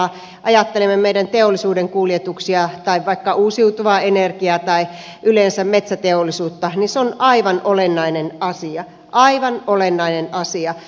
kun ajattelen meidän teollisuuden kuljetuksia tai vaikka uusiutuvaa energiaa tai yleensä metsäteollisuutta niin se on aivan olennainen asia aivan olennainen asia